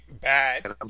bad